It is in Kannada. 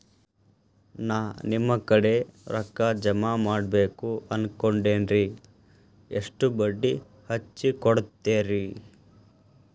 ನಾ ನಿಮ್ಮ ಕಡೆ ರೊಕ್ಕ ಜಮಾ ಮಾಡಬೇಕು ಅನ್ಕೊಂಡೆನ್ರಿ, ಎಷ್ಟು ಬಡ್ಡಿ ಹಚ್ಚಿಕೊಡುತ್ತೇರಿ?